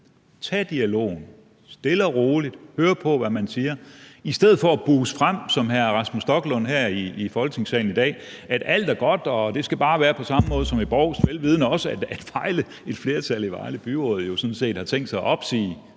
regering, og stille og roligt høre på, hvad man siger, i stedet for at buse frem, som hr. Rasmus Stoklund her i Folketingssalen i dag, med, at alt er godt, og at det bare skal være på samme måde som i Brovst, også vel vidende, at et flertal i Vejle Byråd jo sådan set har tænkt sig at opsige